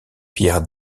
pierre